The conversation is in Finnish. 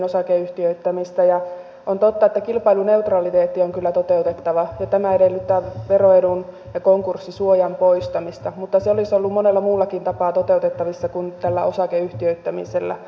on totta että kilpailuneutraliteetti on kyllä toteutettava ja tämä edellyttää veroedun ja konkurssisuojan poistamista mutta se olisi ollut monella muullakin tapaa toteutettavissa kuin nyt tällä osakeyhtiöittämisellä